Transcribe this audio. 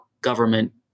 government